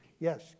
Yes